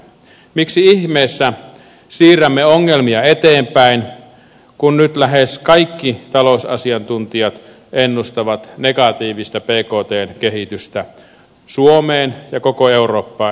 miksi ihmeessä siirrämme ongelmia eteenpäin kun nyt lähes kaikki talousasiantuntijat ennustavat negatiivista bktn kehitystä suomeen ja koko eurooppaan ensi vuodeksi